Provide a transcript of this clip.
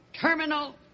terminal